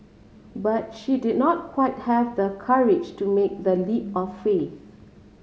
but she did not quite have the courage to make that leap of faith